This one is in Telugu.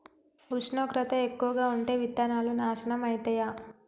ఉష్ణోగ్రత ఎక్కువగా ఉంటే విత్తనాలు నాశనం ఐతయా?